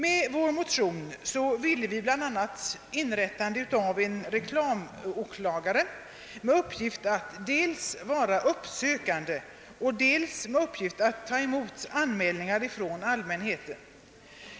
Med vår motion ville vi bl.a. inrätta en post som reklamåklagare med uppgift att dels vara uppsökande och dels att ta emot anmälningar från allmänheten.